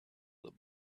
that